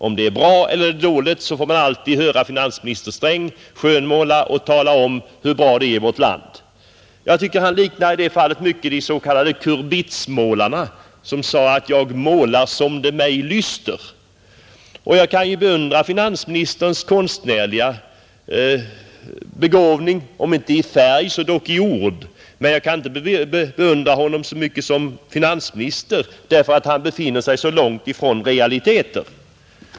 Om den är bra eller dålig, får man alltid höra finansministern skönmåla och tala om hur bra det är i vårt land, Jag tycker att han i det fallet liknar de s.k. kurbitsmålarna som sade: ”Jag målar som det mig lyster.” Jag kan beundra finansministerns konstnärliga begåvning, om inte i färg så dock i ord, men jag kan inte beundra honom så mycket som finansminister, eftersom han befinner sig så långt ifrån realiteter.